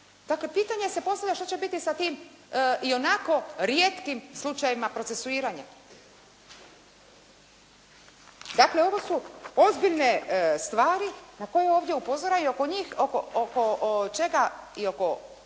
Dakle, pitanje se postavlja, što će biti sa tim i onako rijetkim slučajevima procesuiranja? Dakle, ovo su ozbiljne stvari na koje ovdje upozoravaju, ako njih oko čega i oko